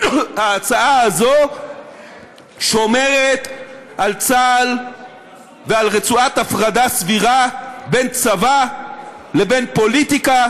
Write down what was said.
ההצעה הזו שומרת על צה"ל ועל רצועת הפרדה סבירה בין צבא לבין פוליטיקה,